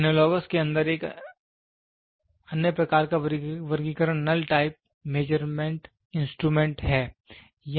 analogous के अंदर अन्य प्रकार का वर्गीकरण नल टाइप मेजरमेंट इंस्ट्रूमेंट है